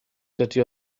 dydy